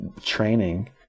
training